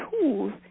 tools